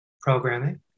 Programming